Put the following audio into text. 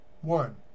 One